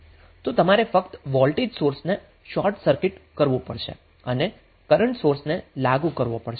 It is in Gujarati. તો તમારે ફક્ત વોલ્ટેજ સોર્સને શોર્ટ સર્કિટ કરવું પડશે અને કરન્ટ સોર્સને લાગુ કરવો પડશે